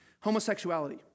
homosexuality